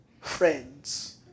friends